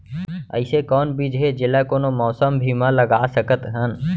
अइसे कौन बीज हे, जेला कोनो मौसम भी मा लगा सकत हन?